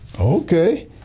Okay